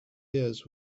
years